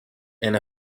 and